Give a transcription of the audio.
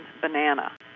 banana